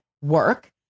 work